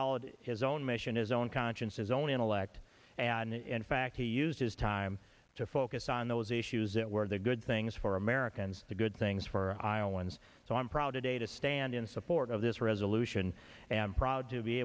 followed his own mission his own conscience his own intellect and in fact he used his time to focus on those issues that were the good things for americans the good things for iowans so i'm proud today to stand in support of this resolution and proud to be